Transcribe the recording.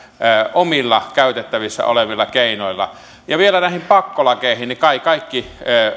omilla käytettävissä olevilla keinoilla vielä näihin pakkolakeihin niin kai kaikki